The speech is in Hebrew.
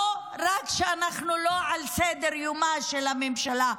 לא רק שאנחנו לא על סדר-יומה של הממשלה,